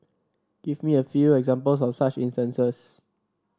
give me a few examples of such instance